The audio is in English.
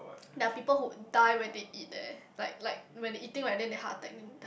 there are people who die when they eat there like like when they eating right then they heart attack